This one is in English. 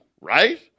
right